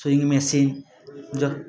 ସୁଇଗ୍ machine ଯ